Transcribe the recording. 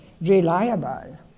reliable